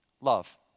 Love